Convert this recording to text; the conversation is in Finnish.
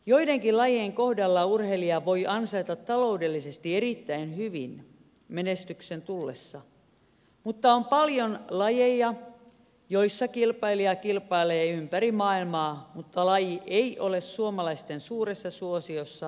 joidenkin lajien kohdalla urheilija voi ansaita taloudellisesti erittäin hyvin menestyksen tullessa mutta on paljon lajeja joissa kilpailija kilpailee ympäri maailmaa mutta laji ei ole suomalaisten suuressa suosiossa rahoituksen suhteen